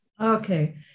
Okay